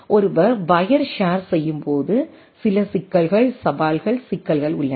ஒருவர் wire share செய்யும் போது சில சிக்கல்கள் சவால்கள் சிக்கல்கள் உள்ளன